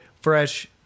fresh